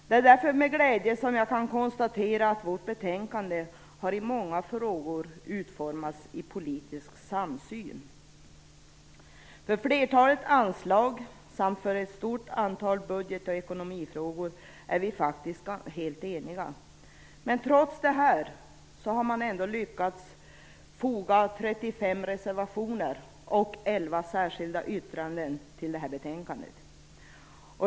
Det är därför med glädje jag kan konstatera att vårt betänkande i många frågor utformats i politisk samsyn. I fråga om flertalet anslag, samt i fråga om ett stort antal budget och ekonomifrågor, är vi faktiskt helt eniga. Trots detta har man lyckats foga 35 reservationer och 11 särskilda yttranden till det här betänkandet.